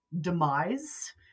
demise